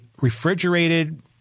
refrigerated